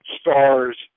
stars